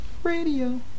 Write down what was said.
radio